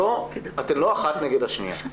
אתן לא אחת נגד השנייה.